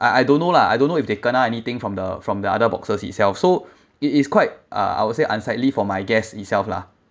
I I don't know lah I don't know if they kena anything from the from the other boxers itself so it is quite uh I would say unsightly for my guests itself lah